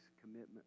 commitment